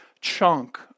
chunk